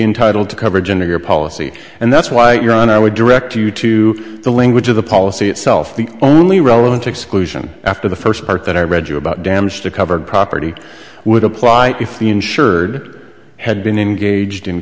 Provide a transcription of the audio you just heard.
entitle to coverage in your policy and that's why you're on i would direct you to the language of the policy itself the only relevant exclusion after the first part that i read you about damage to covered property would apply if the insured had been engaged in